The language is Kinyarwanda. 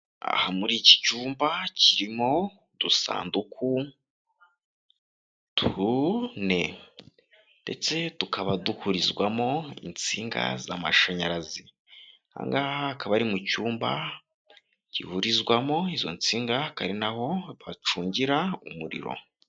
Aha muri iki cyumba kirimo udusanduku tune ndetse tukaba duhurizwamo insinga z'amashanyarazi, aha ngaha akaba ari mu cyumba gihurizwamo izo nsinga, hakaba ari na ho bacungira umuriro.